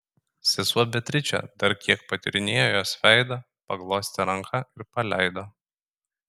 sesuo beatričė dar kiek patyrinėjo jos veidą paglostė ranką ir paleido